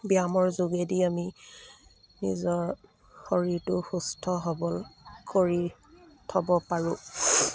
ব্যায়ামৰ যোগেদি আমি নিজৰ শৰীৰটো সুস্থ সবল কৰি থ'ব পাৰো